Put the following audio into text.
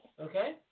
Okay